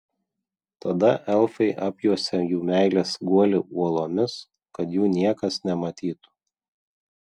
tada elfai apjuosė jų meilės guolį uolomis kad jų niekas nematytų